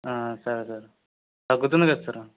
సరే సరే తగ్గుతుంది కదా సార్